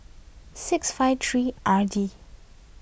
six five three R D